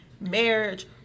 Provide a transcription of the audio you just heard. marriage